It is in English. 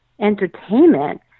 entertainment